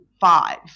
five